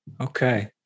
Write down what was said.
Okay